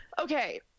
Okay